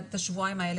את השבועיים האלה,